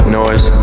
noise